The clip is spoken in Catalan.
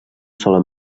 sola